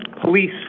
police